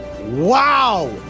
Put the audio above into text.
Wow